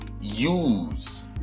Use